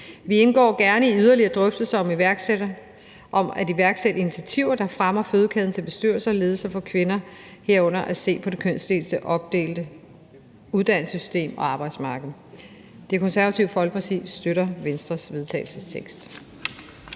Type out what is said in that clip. Vi indgår gerne i yderligere drøftelser om at iværksætte initiativer, der fremmer fødekæden til bestyrelser og ledelser for kvinder, herunder at se på det kønsopdelte uddannelsessystem og arbejdsmarked. Det Konservative Folkeparti støtter Venstres vedtagelsestekst.